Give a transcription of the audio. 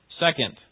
Second